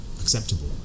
acceptable